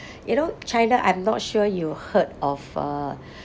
you know china I'm not sure you heard of uh